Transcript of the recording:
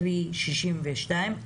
קרי 62,